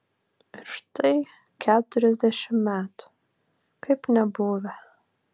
ir štai keturiasdešimt metų kaip nebuvę